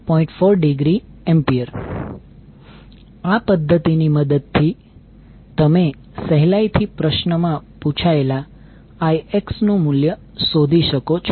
4° A આ પદ્ધતિની મદદથી તમે સહેલાઇથી પ્રશ્ન માં પૂછાયેલા Ix નુ મૂલ્ય શોધી શકો છો